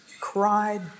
cried